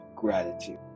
gratitude